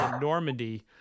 Normandy